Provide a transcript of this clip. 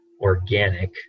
organic